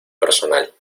personal